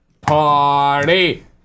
Party